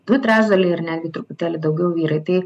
du trečdaliai ir netgi truputėlį daugiau vyrai tai